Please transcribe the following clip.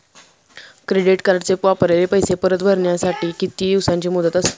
Credit कार्डचे वापरलेले पैसे परत भरण्यासाठी किती दिवसांची मुदत असते?